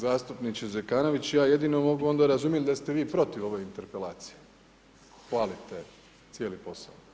Zastupniče Zekanović ja jedino mogu onda razumjeti da ste vi protiv ove interpelacije, hvalite cijeli posao.